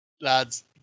lads